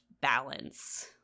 balance